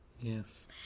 yes